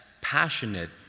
passionate